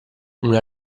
una